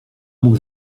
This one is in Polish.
mógł